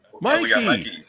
Mikey